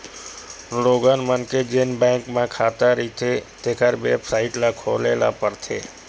लोगन मन के जेन बैंक म खाता रहिथें तेखर बेबसाइट ल खोले ल परथे